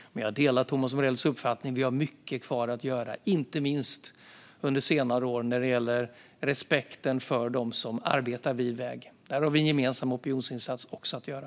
Jag delar dock Thomas Morells uppfattning att vi har mycket kvar att göra, inte minst under senare år när det gäller respekten för dem som arbetar vid väg. Där har vi en gemensam opinionsinsats att göra.